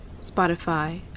Spotify